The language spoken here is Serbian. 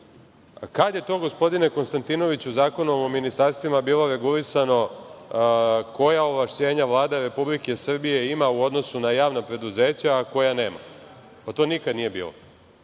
kada je to, gospodine Konstantinoviću, Zakonom o ministarstvima bilo regulisano koja ovlašćenja Vlada Republike Srbije ima u odnosu na javna preduzeća, a koja nema? To nikada nije bilo.